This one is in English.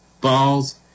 balls